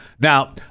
Now